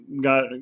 got